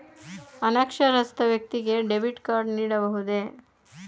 ಅನಕ್ಷರಸ್ಥ ವ್ಯಕ್ತಿಗೆ debit card ನೀಡಬಹುದೇ?